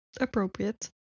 appropriate